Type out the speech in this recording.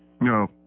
No